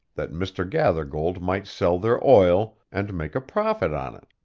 that mr. gathergold might sell their oil, and make a profit on it.